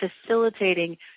facilitating